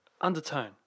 Undertone